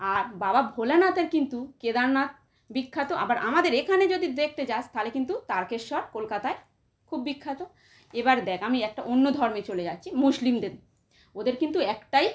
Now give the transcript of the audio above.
আর বাবা ভোলানাথের কিন্তু কেদারনাথ বিখ্যাত আবার আমাদের এখানে যদি দেখতে যাস তালে কিন্তু তারকেশ্বর কলকাতায় খুব বিখ্যাত এবার দেখ আমি একটা অন্য ধর্মে চলে যাচ্ছি মুসলিমদের ওদের কিন্তু একটাই